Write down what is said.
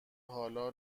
حالا